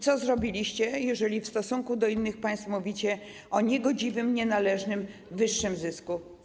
Co zrobiliście, jeżeli w stosunku do innych państw mówicie o niegodziwym, nienależnym wyższym zysku?